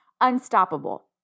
unstoppable